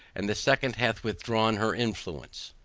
and the second hath withdrawn her influence.